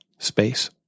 Space